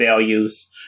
values